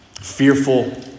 fearful